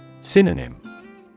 Synonym